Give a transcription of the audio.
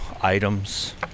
items